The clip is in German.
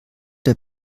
der